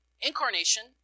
incarnation